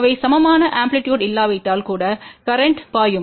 அவை சமமான ஆம்ப்ளிடியுட் இல்லாவிட்டால் கூட கரேன்ட் பாயும்